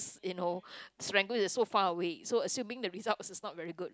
you know serangoon is like so far away so assuming the result is not very good